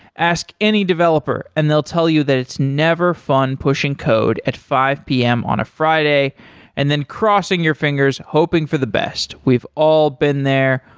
ask any developer and they'll tell you that it's never fun pushing code at five p m. on a friday and then crossing your fingers hoping for the best. we've all been there.